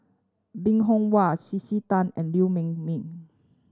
Bong Hiong Hwa C C Tan and Liew Ming Mee